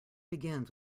begins